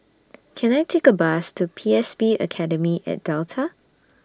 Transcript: Can I Take A Bus to P S B Academy At Delta